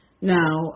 now